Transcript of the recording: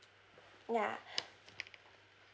ya